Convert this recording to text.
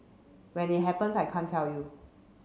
when it happens I can't tell you